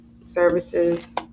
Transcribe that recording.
services